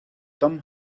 tom